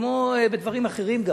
זה כמו בדברים אחרים,